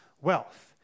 wealth